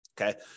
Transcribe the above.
Okay